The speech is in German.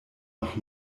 noch